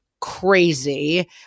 crazy